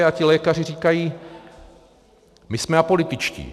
A ti lékaři říkají, my jsme apolitičtí.